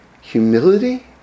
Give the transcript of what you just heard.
humility